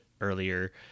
earlier